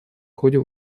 ходе